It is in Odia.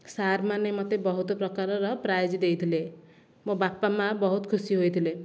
ସାର୍ ମାନେ ମୋତେ ବହୁତ ପ୍ରକାରର ପ୍ରାଇଜ୍ ଦେଇଥିଲେ ମୋ ବାପା ମା ବହୁତ ଖୁସି ହୋଇଥିଲେ